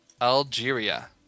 Algeria